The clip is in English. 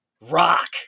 Rock